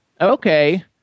Okay